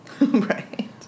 Right